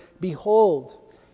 Behold